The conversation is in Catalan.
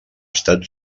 estat